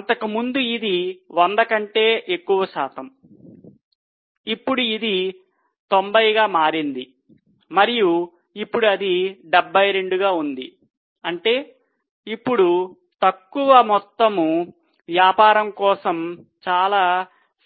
అంతకుముందు ఇది 100 కంటే ఎక్కువ శాతం అప్పుడు అది 90 గా మారింది మరియు ఇప్పుడు అది 72 గా ఉంది అంటే ఇప్పుడు తక్కువ మొత్తం వ్యాపారం కోసం చాలా